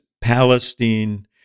Palestine